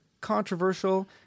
controversial